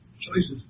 choices